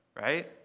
right